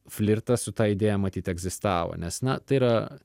flirtas su ta idėja matyt egzistavo nes na tai yra